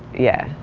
yeah,